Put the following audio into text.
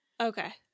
Okay